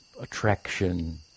attraction